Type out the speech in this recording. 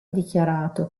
dichiarato